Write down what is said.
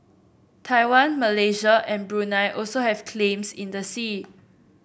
Taiwan Malaysia and Brunei also have claims in the sea